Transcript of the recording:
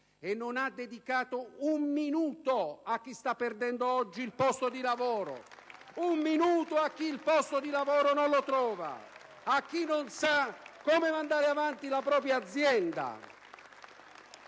e non ha dedicato un minuto a chi sta perdendo oggi il posto di lavoro, un minuto a chi il posto di lavoro non lo trova, a chi non sa come mandare avanti la propria azienda!